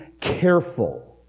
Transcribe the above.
careful